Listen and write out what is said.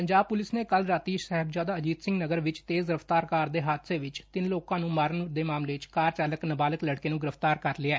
Punjab police ਨੇ ਕੱਲੂ ਰਾਤੀ ਸਹਿਬਜ਼ਾਦਾ ਅਜੀਤ ਸਿਮਘ ਨਗਰ ਵਿੱਚ ਤੇਜ਼ ਰਫਤਾਰ ਕਾਰ ਦੇ ਹਾਦਸੇ ਵਿੱਚ ਤਿੰਨ ਲੋਕਾ ਨੂੰ ਮਾਰਨ ਦੇ ਮਾਮਲੇ 'ਚ ਕਾਰ ਚਾਲਕ ਨਾਬਾਲਿਕ ਲੜਕੇ ਨੂੰ ਗ੍ਰਿਫਤਾਰ ਕਰ ਲਿਆ